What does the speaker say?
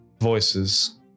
voices